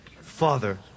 Father